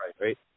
right